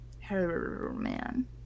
Herman